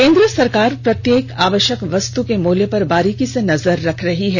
केंद्र सरकार प्रत्येक आवश्यक वस्तु के मूल्य पर बारीकी से नजर रख रही है